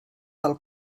del